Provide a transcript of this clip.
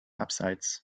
abseits